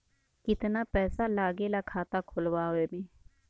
कितना पैसा लागेला खाता खोलवावे में?